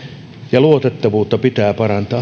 ja luotettavuutta pitää